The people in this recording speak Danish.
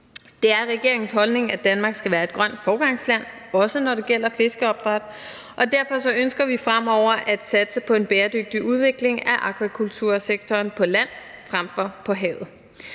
Det er regeringens holdning, at Danmark skal være et grønt foregangsland, også når det gælder fiskeopdræt, og derfor ønsker vi fremover at satse på en bæredygtig udvikling af akvakultursektoren på land frem for på havet.